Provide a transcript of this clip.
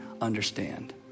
understand